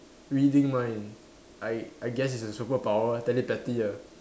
reading mind I I guess it's a superpower telepathy ah